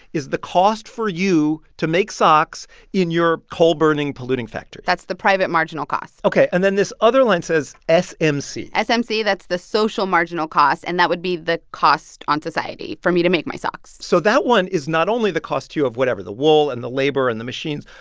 is the cost for you to make socks in your coal-burning, polluting factory that's the private marginal cost ok. and then this other line says smc smc that's the social marginal cost, and that would be the cost on society for me to make my socks so that one is not only the cost to you of whatever the wool and the labor and the machines,